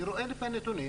אני רואה את הנתונים